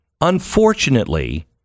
Unfortunately